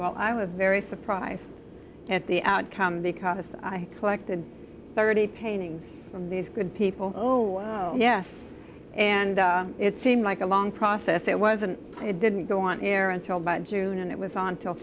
while i was very surprised at the outcome because i collected thirty paintings from these good people oh yes and it seemed like a long process it wasn't it didn't go on air until by june and it was on til